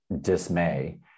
dismay